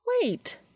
Wait